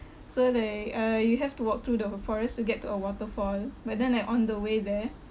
so like uh you have to walk through the the forest to get to a waterfall but then like on the way there